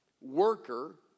worker